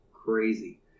Crazy